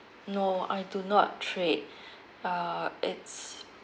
no I do not trade err it's